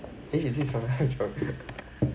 eh is he sungha jung